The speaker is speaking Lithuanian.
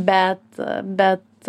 bet bet